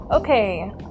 Okay